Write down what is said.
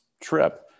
trip